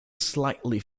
slightly